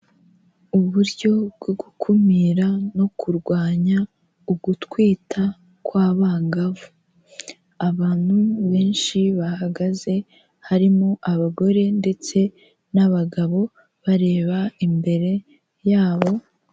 Uburyo bwo gukumira no kurwanya ugutwita kw'abangavu, abantu benshi bahagaze harimo abagore ndetse n'abagabo bareba imbere yabo.